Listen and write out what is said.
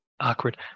awkward